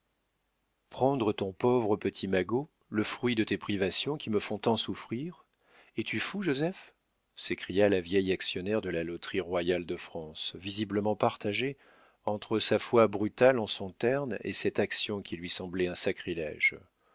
prendre ton pauvre petit magot le fruit de tes privations qui me font tant souffrir es-tu fou joseph s'écria la vieille actionnaire de la loterie royale de france visiblement partagée entre sa foi brutale en son terne et cette action qui lui semblait un sacrilége